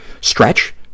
stretch